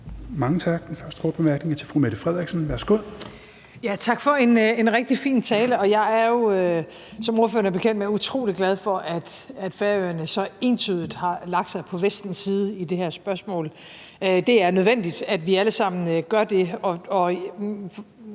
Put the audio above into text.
Mette Frederiksen. Værsgo. Kl. 17:12 Mette Frederiksen (S): Tak for en rigtig fin tale. Jeg er jo, som ordføreren er bekendt med, utrolig glad for, at Færøerne så entydigt har stillet sig på Vestens side i det her spørgsmål. Det er nødvendigt, at vi alle sammen gør det,